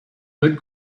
good